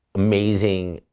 amazing